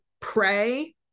pray